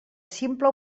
simple